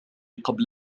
قبل